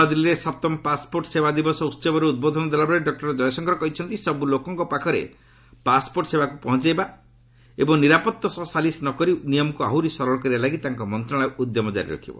ନୂଆଦିଲ୍ଲୀରେ ସପ୍ତମ ପାଶ୍ପୋର୍ଟ୍ ସେବା ଦିବସ ଉହବରେ ଉଦ୍ବୋଧନ ଦେଲାବେଳେ ଡକ୍କର ଜୟଶଙ୍କର କହିଛନ୍ତି ସବୁ ଲୋକଙ୍କ ପାଖରେ ପାଶ୍ପୋର୍ଟ୍ ସେବାକୁ ପହଞ୍ଚାଇବା ଏବଂ ନିରାପତ୍ତା ସହ ସାଲିସ୍ ନ କରି ନିୟମକୁ ଆହୁରି ସରଳ କରିବା ଲାଗି ତାଙ୍କ ମନ୍ତ୍ରଣାଳୟ ଉଦ୍ୟମ ଜାରି ରଖିବ